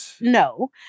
No